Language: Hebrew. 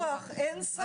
אין ויכוח, אין ספק.